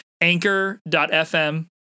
Anchor.fm